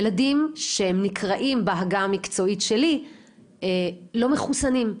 ילדים שהם נקראים בהגהה המקצועית שלי לא מחוסנים,